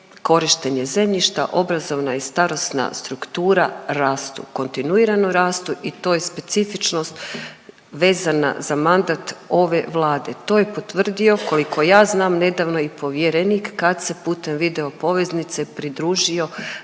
korištenje zemljišta, obrazovna i starosna struktura, rastu, kontinuirano rastu i to je specifičnost vezana za mandat ove Vlade. To je potvrdio, koliko ja znam nedavno, i povjerenik kad se putem videopoveznice pridružio